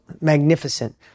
magnificent